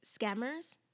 scammers